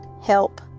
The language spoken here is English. help